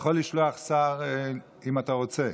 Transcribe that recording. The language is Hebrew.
לשלוח שר, אם אתה רוצה.